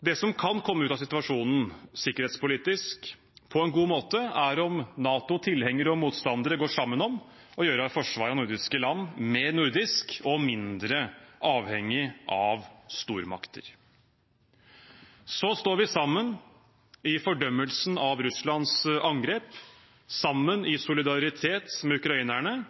Det som kan komme ut av situasjonen sikkerhetspolitisk på en god måte, er om NATO-tilhengere og -motstandere går sammen om å gjøre forsvaret av nordiske land mer nordisk og mindre avhengig av stormakter. Vi står sammen i fordømmelsen av Russlands angrep, sammen i solidaritet med ukrainerne,